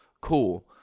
cool